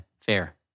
fair